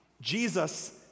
Jesus